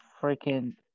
freaking